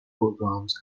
programs